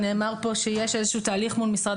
נאמר כאן שיש איזשהו תהליך מול משרד